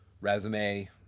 resume